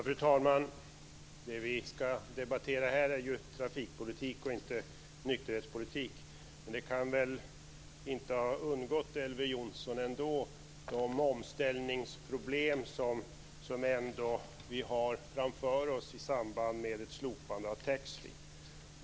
Fru talman! Det vi skall debattera här är ju trafikpolitik och inte nykterhetspolitik, men jag vill ändå säga att det väl ändå inte kan ha undgått Elver Jonsson vilka omställningsproblem vi har framför oss i samband med ett slopande av taxfree.